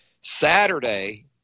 saturday